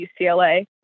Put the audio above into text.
UCLA